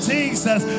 Jesus